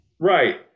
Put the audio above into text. Right